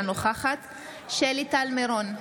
אינה נוכחת שלי טל מירון,